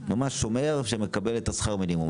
שומר שמקבל שכר מינימום,